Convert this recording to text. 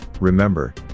remember